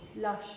lush